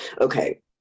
Okay